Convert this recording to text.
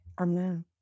Amen